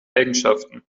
eigenschaften